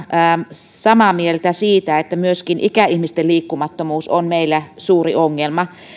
samaa mieltä siitä että myöskin ikäihmisten liikkumattomuus on meillä suuri ongelma